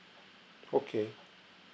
okay